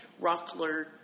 Rockler